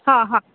ହଁ ହଁ